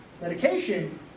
medication